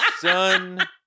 son